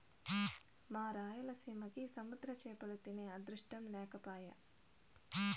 మా రాయలసీమకి సముద్ర చేపలు తినే అదృష్టం లేకపాయె